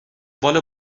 بال